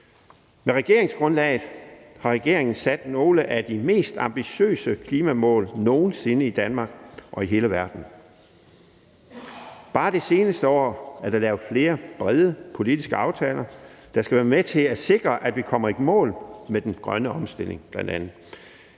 Med regeringsgrundlaget har regeringen sat nogle af de mest ambitiøse klimamål nogen sinde i Danmark og i hele verden. Bare det seneste år er der lavet flere brede politiske aftaler, der skal være med til at sikre, at vi kommer i mål med bl.a. den grønne omstilling.